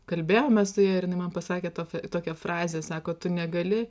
kalbėjome su ja ir jinai man pasakė tokią tokią frazę sako tu negali